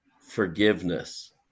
forgiveness